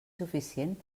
suficient